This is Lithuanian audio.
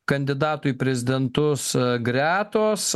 kandidatų į prezidentus gretos